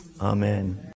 amen